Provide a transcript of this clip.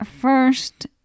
first